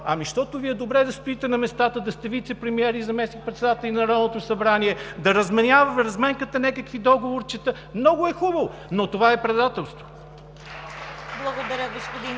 Ами, защото Ви е добре да стоите на местата, да сте вицепремиер и заместник-председатели на Народното събрание, да разменкате някакви договорчета. Много е хубаво, но това е предателство! (Ръкопляскания